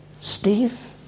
Steve